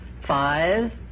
Five